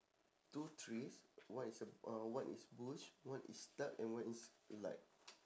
two trees one is a uh one is bush one is dark and one is light